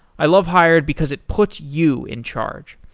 i love hired because it puts you in charge.